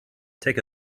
take